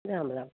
Ram Ram